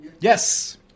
Yes